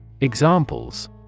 Examples